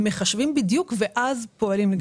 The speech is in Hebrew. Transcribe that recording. מחשבים בדיוק ואז פועלים.